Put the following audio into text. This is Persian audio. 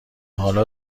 حالا